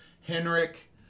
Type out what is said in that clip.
Henrik